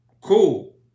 Cool